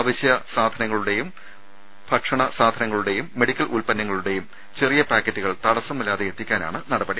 അവശ്യവസ്തുക്കളുടെയും ഭക്ഷണ സാധനങ്ങളുടെയും മെഡിക്കൽ ഉല്പന്നങ്ങളുടെയും ചെറിയ പാക്കറ്റുകൾ തടസ്സമില്ലാതെ എത്തിക്കുന്നതിനാണ് നടപടി